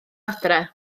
adre